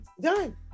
Done